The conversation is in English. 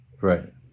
Right